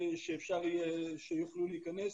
שיוכלו להיכנס,